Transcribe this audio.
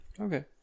Okay